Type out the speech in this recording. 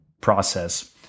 process